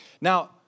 Now